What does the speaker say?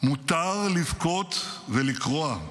"מותר לבכות ולקרוע,